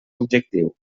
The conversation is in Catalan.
objectiu